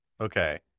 Okay